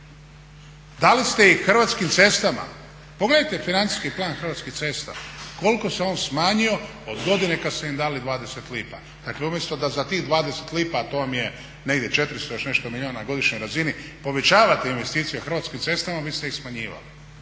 Dali ste ih Hrvatskim cestama. Pogledajte financijski plan Hrvatskih cesta, koliko se on smanjio od godine kad ste im dali 20 lipa. Dakle umjesto da za tih 20 lipa, a to vam je negdje 400 i još nešto milijuna na godišnjoj razini, povećavate investicije Hrvatskim cestama, vi ste ih smanjivali.